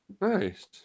Nice